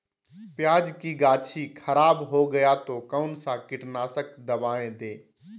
प्याज की गाछी खराब हो गया तो कौन सा कीटनाशक दवाएं दे?